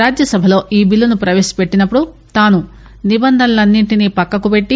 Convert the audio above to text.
రాజ్యసభలో ఈ బిల్లును ప్రవేశపెట్టినపుడు తాను నిబంధనలన్ని టినీ పక్కకు పెట్టి